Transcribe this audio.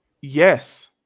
yes